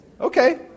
Okay